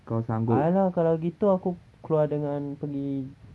ah lah kalau gitu aku keluar dengan pergi